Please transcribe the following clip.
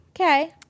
Okay